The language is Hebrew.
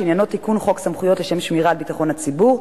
שעניינו תיקון חוק סמכויות לשם שמירה על ביטחון הציבור,